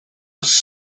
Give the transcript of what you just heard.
was